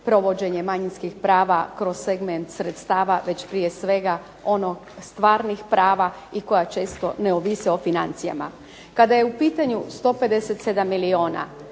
provođenje manjinskih prava kroz segment sredstava već prije svega ono stvarnih prava i koja često ne ovise o financijama. Kada je u pitanju 157 milijuna